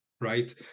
Right